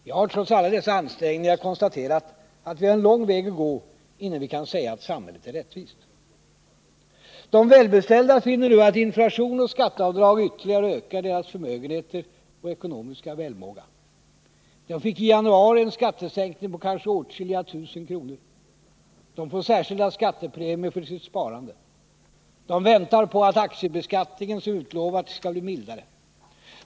Vi har, trots alla dessa ansträngningar, konstaterat att vi har en lång väg att gå innan vi kan säga att samhället är rättvist. De välbeställda finner nu att inflation och skatteavdrag ytterligare ökar deras förmögenheter och ekonomiska välmåga. De fick i januari en skattesänkning på kanske åtskilliga tusen kronor. De får särskilda skattepremier för sitt sparande. De väntar på att aktiebeskattningen såsom utlovats skall bli mildare.